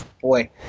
Boy